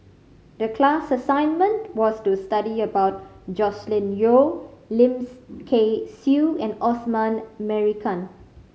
the class assignment was to study about Joscelin Yeo Lim Kay Siu and Osman Merican